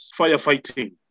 firefighting